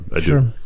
Sure